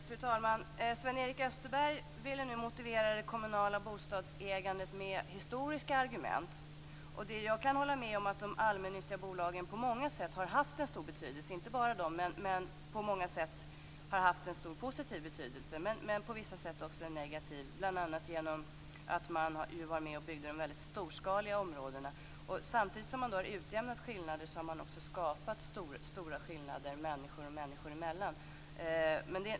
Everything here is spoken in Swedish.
Fru talman! Sven-Erik Österberg ville nu motivera det kommunala bostadsägandet med historiska argument. Jag kan hålla med om att de allmännyttiga bolagen, men inte bara de, på många sätt har haft en stor positiv betydelse. På vissa sätt har de också haft en negativ betydelse, bl.a. genom att de var med och byggde väldigt storskaliga områden. Samtidigt som man har utjämnat skillnader har man också skapat stora skillnader människor emellan.